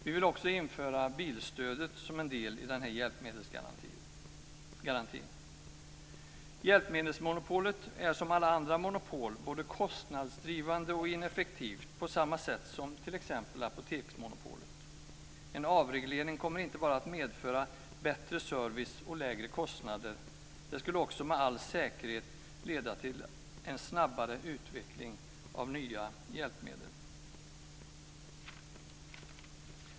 Vi vill också införa bilstöd som en del i hjälpmedelsgarantin. Hjälpmedelsmonopolet är som alla andra monopol både kostnadsdrivande och ineffektivt. Det är på samma sätt med t.ex. apoteksmonopolet. En avreglering kommer inte bara att medföra bättre service och lägre kostnader. Den skulle också med all säkerhet leda till en snabbare utveckling av nya hjälpmedel.